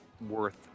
worth